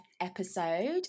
episode